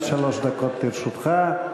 עד שלוש דקות לרשותך.